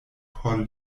por